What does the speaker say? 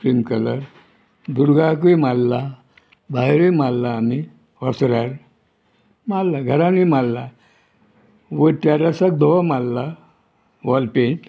cream colour दुर्गाकूय मारला भायरूय मारला आमी ओसऱ्यार मारला घरानूय मारला वॅरसाक धवो मारला वॉल पेंट